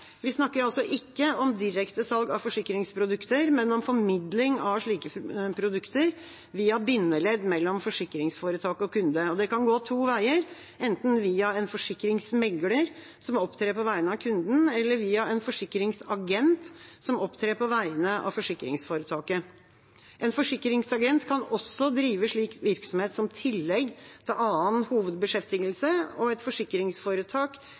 Vi snakker ikke om direkte salg av forsikringsprodukter, men om formidling av slike produkter, via bindeledd mellom forsikringsforetak og kunde. Det kan gå to veier, enten via en forsikringsmegler som opptrer på vegne av kunden, eller via en forsikringsagent som opptrer på vegne av forsikringsforetaket. En forsikringsagent kan også drive slik virksomhet som tillegg til annen hovedbeskjeftigelse. Et forsikringsforetak